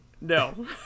No